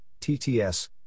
TTS